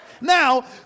Now